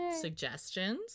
Suggestions